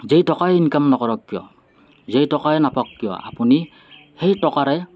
যেই টকাই ইনকাম নকৰক কিয় যেই টকাই নাপাওঁক কিয় আপুনি সেই টকাৰে